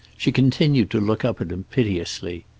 she continued to look up at him, piteously.